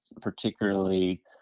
Particularly